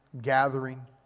gathering